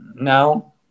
now